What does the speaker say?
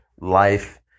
life